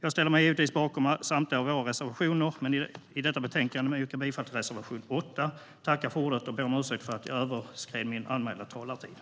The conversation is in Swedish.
Jag står naturligtvis bakom samtliga våra reservationer i detta betänkande, men jag yrkar bifall till reservation 8. Jag ber om ursäkt för att jag överskred min anmälda talartid.